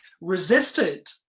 resisted